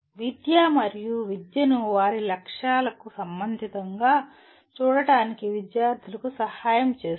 విద్య మరియు విద్యను వారి లక్ష్యాలకు సంబంధితంగా చూడటానికి విద్యార్థులకు సహాయం చేస్తుంది